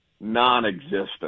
non-existent